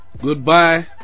Goodbye